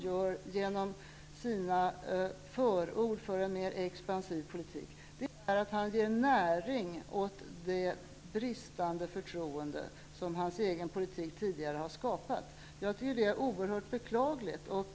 Genom sina förord för en mer expansiv politik ger Allan Larsson näring åt det bristande förtroende som hans egen politik tidigare har skapat. Det är oerhört beklagligt.